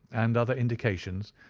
and other indications,